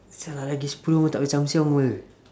[sial] ah lagi sepuluh tak boleh zhao siang [pe]